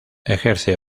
ejerce